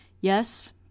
Yes